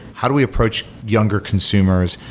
how do we approach younger consumers?